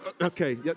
Okay